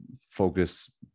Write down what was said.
focus